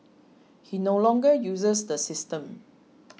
he no longer uses the system